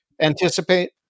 anticipate